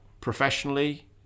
professionally